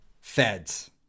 feds